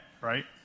right